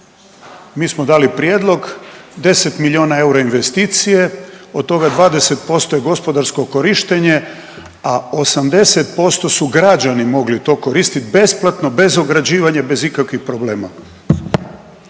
Mi smo dali prijedlog, 10 miliona eura investicije od toga 20% je gospodarsko korištenje, a 80% su građani mogli to koristiti besplatno bez ograđivanja bez ikakvih problema.